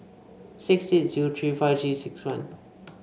six eight zero three five Three six one